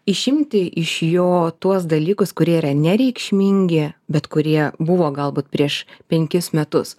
išimti iš jo tuos dalykus kurie yra nereikšmingi bet kurie buvo galbūt prieš penkis metus